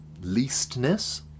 leastness